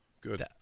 good